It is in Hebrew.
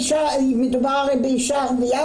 ומדובר באישה ערבייה,